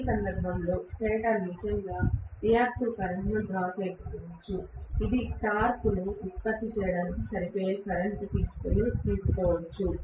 ఈ సందర్భంలో స్టేటర్ నిజంగా రియాక్టివ్ కరెంట్ను డ్రా చేయకపోవచ్చు ఇది టార్క్ను ఉత్పత్తి చేయడానికి సరిపోయే కరెంట్ను తీసుకోవచ్చు